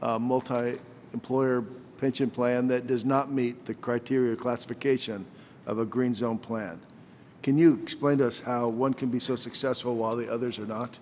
multiroom employer pension plan that does not meet the criteria classification of a green zone plan can you explain to us how one can be so successful while the others are not